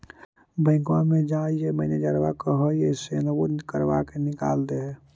बैंकवा मे जाहिऐ मैनेजरवा कहहिऐ सैनवो करवा के निकाल देहै?